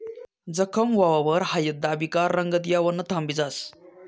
जखम व्हवावर हायद दाबी का रंगत येवानं थांबी जास